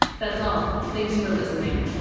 that's all. thanks for listening.